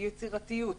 יצירתיות,